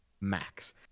max